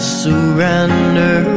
surrender